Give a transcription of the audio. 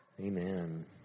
Amen